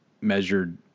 measured